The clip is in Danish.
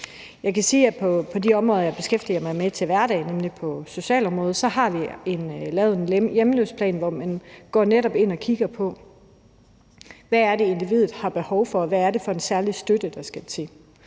på det område, jeg beskæftiger mig med til hverdag, nemlig socialområdet, har vi lavet en hjemløseplan, hvor man netop går ind og kigger på, hvad det er, individet har behov for, og hvad det er for en særlig støtte, der skal til.